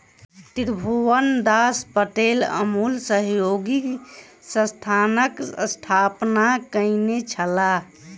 त्रिभुवनदास पटेल अमूल सहयोगी संस्थानक स्थापना कयने छलाह